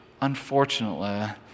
unfortunately